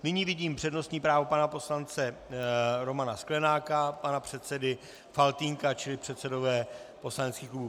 Nyní vidím přednostní právo pana poslance Romana Sklenáka, pana předsedy Faltýnka, čili předsedové poslaneckých klubů.